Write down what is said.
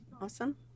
Awesome